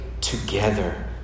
together